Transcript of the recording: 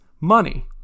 money